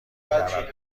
دعوت